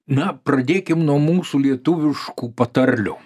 na pradėkim nuo mūsų lietuviškų patarlių